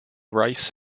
race